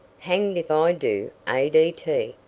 hanged if i'd do a d t.